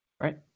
Right